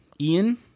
Ian